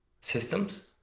systems